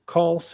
Call